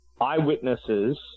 Eyewitnesses